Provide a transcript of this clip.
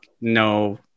no